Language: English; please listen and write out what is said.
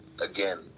again